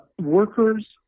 workers